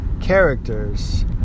characters